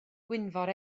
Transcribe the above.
gwynfor